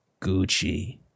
Gucci